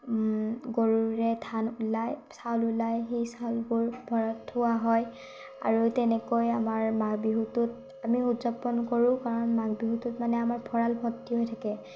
গৰুৰে ধান ওলিয়াই চাউল ওলিয়াই সেই চাউলবোৰ ঘৰত থোৱা হয় আৰু তেনেকৈ আমাৰ মাঘ বিহুটোত আমি উদযাপন কৰোঁ কাৰণ মাঘবিহুটোত মানে আমাৰ ভঁৰাল ভৰ্তি হৈ থাকে